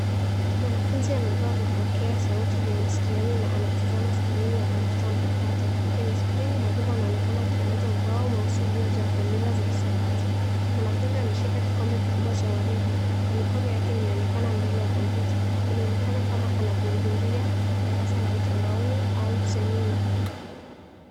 Mwanafunzi amevaa vipokea sauti vya masikioni na anatazama skrini ya kompyuta mpakato. Kwenye skrini mwalimu anaonekana akielezea ubao mweusi uliojaa fomula za hisabati. Mwanafunzi ameshika kikombe kikubwa cha waridi na mikono yake imeonekana mbele ya kompyuta. Inaonekana kama anahudhuria darasa la mtandaoni au semina.